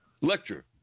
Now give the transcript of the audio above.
lecture